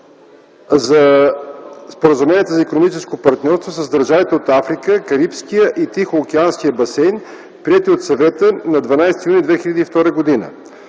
за споразуменията за икономическо партньорство с държавите от Африка, Карибския и Тихоокеанския басейн, приети от Съвета на 12 юни 2010 г.